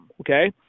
Okay